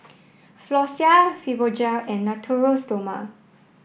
Floxia Fibogel and Natura Stoma